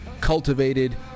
cultivated